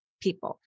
people